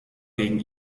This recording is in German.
wegen